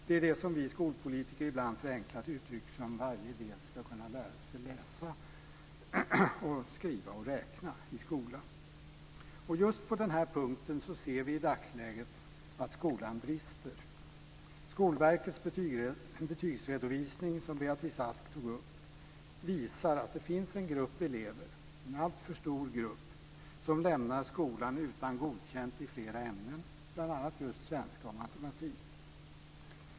Det är det som vi skolpolitiker ibland förenklat uttrycker som att varje elev ska kunna lära sig läsa, skriva och räkna i skolan. Just på den här punkten ser vi i dagsläget att skolan brister. Skolverkets betygsredovisning, som Beatrice Ask tog upp, visar att det finns en grupp elever, en alltför stor grupp, som lämnar skolan utan godkänt i flera ämnen, bl.a. just svenska och matematik.